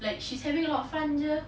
like she's having a lot of fun jer